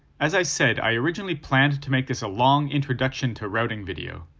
as i said, i originally planned to make this a long, introduction to routing video.